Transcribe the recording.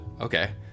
okay